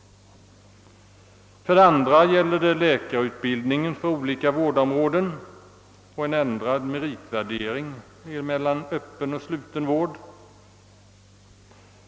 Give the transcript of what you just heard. För det andra gäller det läkarutbildningen för olika vårdområden och en ändrad meritvärdering mellan öppen och sluten vård.